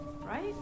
right